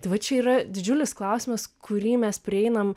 tai vat čia yra didžiulis klausimas kurį mes prieinam